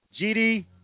GD